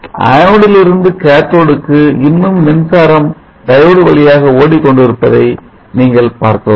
எனவே Anode லிருந்து Cathode க்கு இன்னும் மின்சாரம் டையோடு வழியாக ஓடிக் கொண்டிருப்பதை நீங்கள் பார்க்கலாம்